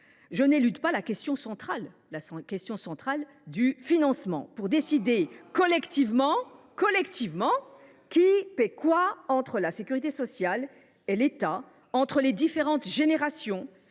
évidemment pas la question centrale du financement, afin de décider collectivement qui paie quoi, entre la sécurité sociale et l’État, entre les différentes générations,